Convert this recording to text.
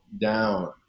down